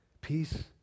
Peace